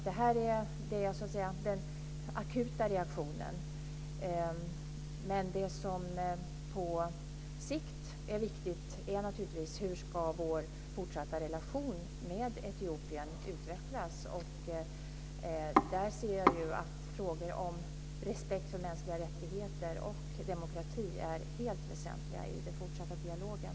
Detta var alltså den akuta reaktionen. Det som på sikt är viktigt är naturligtvis hur Sveriges fortsatta relation med Etiopien ska utvecklas. Där ser jag att frågor om respekt för mänskliga rättigheter och demokrati är helt väsentliga i den fortsatta dialogen.